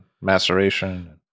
maceration